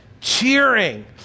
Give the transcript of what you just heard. cheering